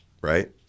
right